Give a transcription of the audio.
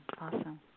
Awesome